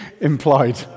implied